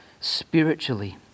spiritually